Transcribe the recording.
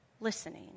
Listening